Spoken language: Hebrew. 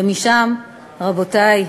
ומשם, רבותי,